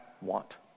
want